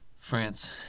France